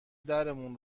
درمون